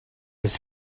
his